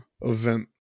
event